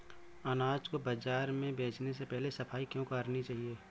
अनाज को बाजार में बेचने से पहले सफाई क्यो करानी चाहिए?